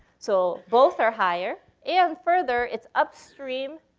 so both are higher. and, further, its upstream